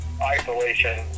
isolation